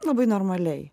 labai normaliai